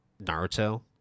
naruto